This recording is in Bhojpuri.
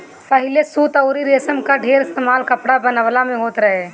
पहिले सूत अउरी रेशम कअ ढेर इस्तेमाल कपड़ा बनवला में होत रहे